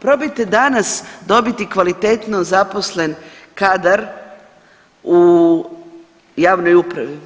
Probajte danas dobiti kvalitetnu zaposlen kadar u javnoj upravi,